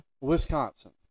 Wisconsin